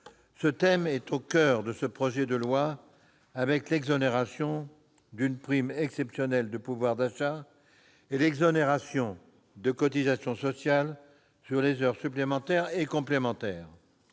Ce thème est au coeur du présent texte, avec l'exonération d'une prime exceptionnelle de pouvoir d'achat et l'exonération de cotisations sociales sur les heures supplémentaires et complémentaires.